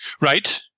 Right